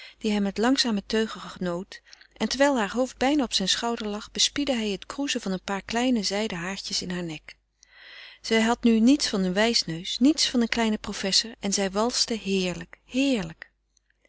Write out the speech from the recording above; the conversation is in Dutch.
dien hij met langzame teugen genoot en terwijl haar hoofd bijna op zijn schouder lag bespiedde hij het kroezen van een paar kleine zijden haartjes in heur nek zij had nu niets van een wijsneus niets van een kleinen professor en zij walste heerlijk heerlijk